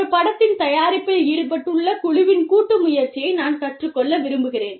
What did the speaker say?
ஒரு படத்தின் தயாரிப்பில் ஈடுபட்டுள்ள குழுவின் கூட்டு முயற்சியை நான் கற்றுக்கொள்ள விரும்புகிறேன்